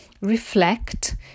reflect